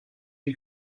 you